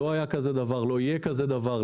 לא היה כזה דבר, לא יהיה כזה דבר.